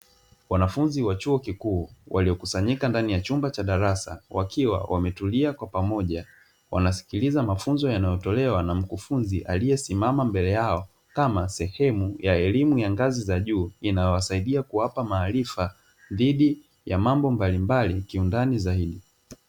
Wanafunzi wa chuo kikuu waliokusanyika ndani ya chumba cha darasa wakiwa wametulia kwa pamoja. Wanasikiliza mafunzo yanayotolewa na mkufunzi aliyesimama mbele yao, kama sehemu ya elimu ya ngazi za juu zinazowasaidia kuwapa maarifa dhidi ya mambo mbalimbali kiundani zaidi.